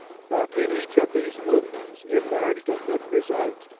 but in each of these movements emerged a good result,